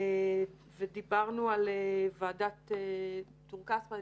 ודיברנו על ועדת טור-כספא,